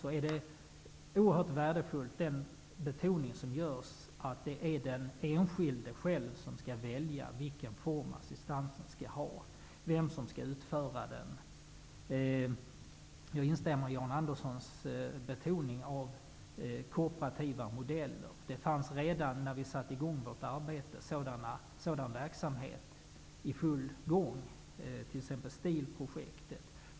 Det är oerhört värdefullt att det betonas att det är den enskilde som själv skall välja vilken form av assistans han skall ha, vem som skall utföra den osv. Jag instämmer i Jan Anderssons betoning av kooperativa modeller. Det fanns sådan verksamhet redan när vi satte igång vårt arbete, t.ex. STIL-projektet.